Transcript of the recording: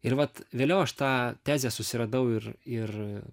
ir vat vėliau aš tą tezę susiradau ir ir